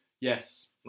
yes